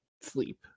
sleep